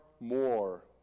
more